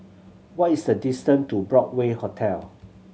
what is the distance to Broadway Hotel